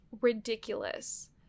ridiculous